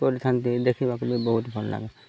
କରିଥାନ୍ତି ଦେଖିବାକୁ ବି ବହୁତ ଭଲ ଲାଗେ